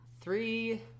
Three